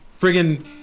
friggin